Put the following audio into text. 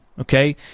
Okay